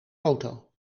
auto